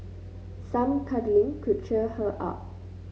some cuddling could cheer her up